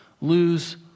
lose